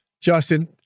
Justin